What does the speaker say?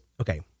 okay